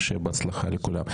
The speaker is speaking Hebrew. שיהיה בהצלחה לכולם.